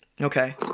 Okay